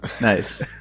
Nice